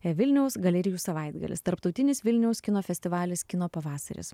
vilniaus galerijų savaitgalis tarptautinis vilniaus kino festivalis kino pavasaris